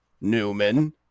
Newman